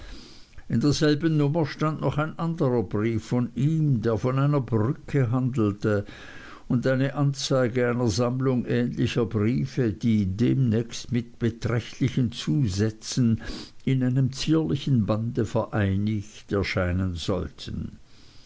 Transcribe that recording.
in derselben nummer stand noch ein anderer brief von ihm der von einer brücke handelte und eine anzeige einer sammlung ähnlicher briefe die demnächst mit beträchtlichen zusätzen in einem zierlichen bande vereinigt erscheinen sollten